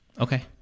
Okay